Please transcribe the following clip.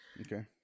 Okay